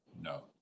No